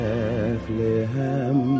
Bethlehem